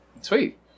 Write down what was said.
sweet